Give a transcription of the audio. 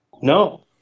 No